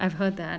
I've heard that